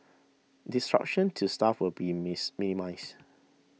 disruption to staff will be miss minimised